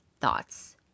thoughts